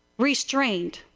restrained.